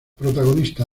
protagonista